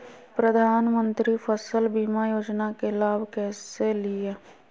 प्रधानमंत्री फसल बीमा योजना के लाभ कैसे लिये?